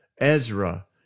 Ezra